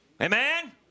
Amen